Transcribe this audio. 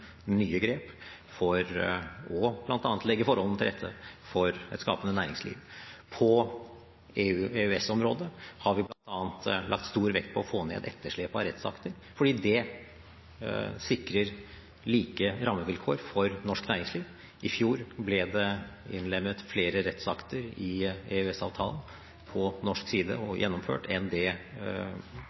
nye grep for bl.a. å legge forholdene til rette for et skapende næringsliv. På EU/EØS-området har vi bl.a. lagt stor vekt på å få ned etterslepet av rettsakter, fordi det sikrer like rammevilkår for norsk næringsliv. I fjor ble det innlemmet flere rettsakter i EØS-avtalen på norsk side